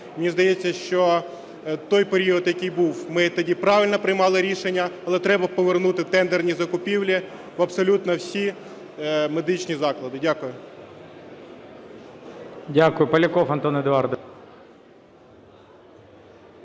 Мені здається, що той період, який тоді був, ми тоді правильно приймали рішення, але треба повернути тендерні закупівлі в абсолютно всі медичні заклади. Дякую.